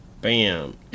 bam